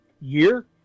Year